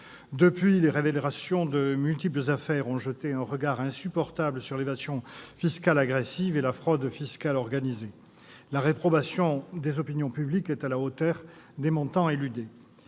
Depuis, les révélations de multiples affaires ont jeté un regard insupportable sur l'évasion fiscale agressive et la fraude fiscale organisée. La réprobation des opinions publiques est à la hauteur des montants éludés.